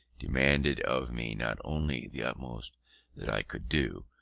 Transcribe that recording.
demanded of me not only the utmost that i could do,